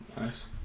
Nice